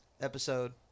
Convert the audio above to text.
episode